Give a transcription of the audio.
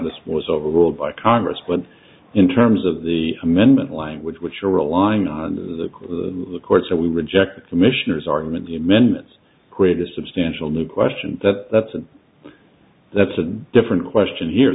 this was overruled by congress but in terms of the amendment language which you're relying on the court said we reject the commissioner's argument the amendments create a substantial new question that that's a that's a different question here